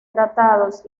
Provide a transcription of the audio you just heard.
tratados